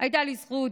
הייתה לי זכות,